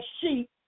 sheep